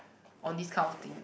on this kind of thing